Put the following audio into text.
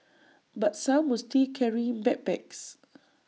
but some were still carrying backpacks